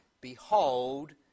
Behold